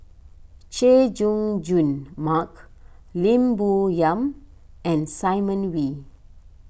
Chay Jung Jun Mark Lim Bo Yam and Simon Wee